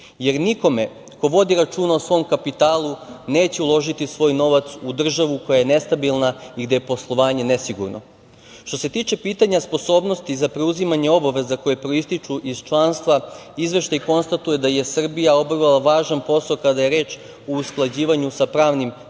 jer nikome ko vodi računa o svom kapitalu neće uložiti svoj novac u državu koja je nestabilna i gde je poslovanje nesigurno. Što se tiče pitanja sposobnosti za preuzimanje obaveza koje proističu iz članstva, Izveštaj konstatuje da je Srbija obavila važan posao kada je reč o usklađivanju sa pravnim tekovinama